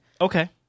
Okay